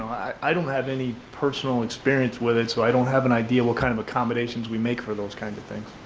i don't have any personal experience with it. so i don't have an idea what kind of accommodations we make for those kinds of things.